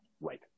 right